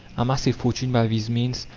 amass a fortune by these means,